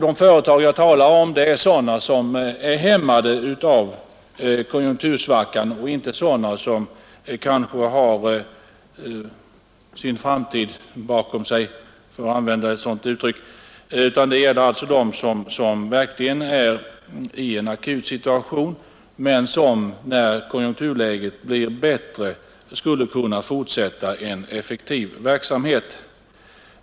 De företag jag talar om är sådana som är hämmade av konjunktursvackan, men som när konjunkturläget blir bättre skulle kunna fortsätta en effektiv verksamhet.